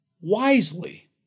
wisely